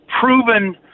proven